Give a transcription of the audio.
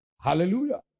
Hallelujah